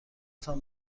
تان